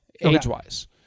age-wise